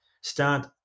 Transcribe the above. start